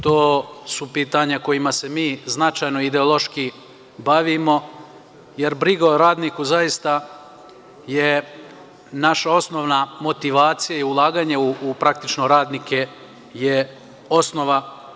To su pitanja kojima se mi značajno ideološki bavimo, jer briga o radniku zaista je naša osnovna motivacija i ulaganje praktično u radnike je osnova.